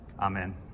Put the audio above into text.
Amen